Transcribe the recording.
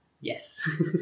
yes